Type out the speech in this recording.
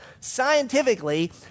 scientifically